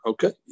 Okay